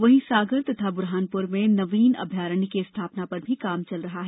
वहीं सागर तथा बुरहानपुर में नवीन अभ्यारण्य की स्थापना पर भी काम चल रहा है